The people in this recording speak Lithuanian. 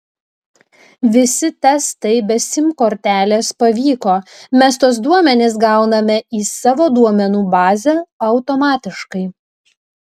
visi testai be sim kortelės pavyko mes tuos duomenis gauname į savo duomenų bazę automatiškai